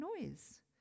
noise